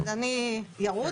אז אני ארוץ.